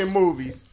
movies